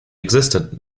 existed